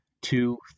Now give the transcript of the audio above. two